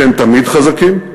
שהם תמיד חזקים,